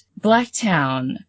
Blacktown